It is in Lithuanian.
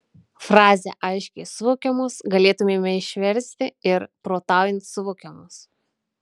frazę aiškiai suvokiamos galėtumėme išversti ir protaujant suvokiamos